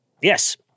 Yes